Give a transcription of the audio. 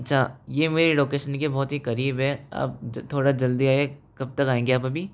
अच्छा ये मेरी लोकेशन के बहुत ही करीब है आप थोड़ा जल्दी आईए कब तक आएंगे आप अभी